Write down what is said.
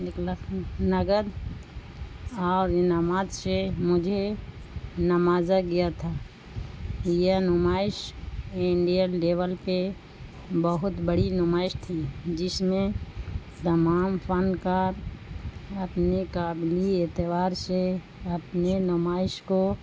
نگد اور انعامات سے مجھے نمازا گیا تھا یہ نمائش انڈین لیول پہ بہت بڑی نمائش تھی جس میں تمام فن کار اپنے قابلی اعتبار سے اپنے نمائش کو